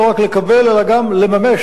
לא רק לקבל אלא גם לממש,